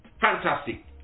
fantastic